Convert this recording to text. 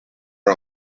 are